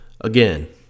again